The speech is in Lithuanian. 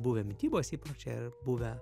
buvę mitybos įpročiai ar buvę